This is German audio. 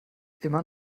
immer